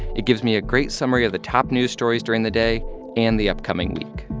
it gives me a great summary of the top news stories during the day and the upcoming week.